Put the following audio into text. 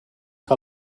que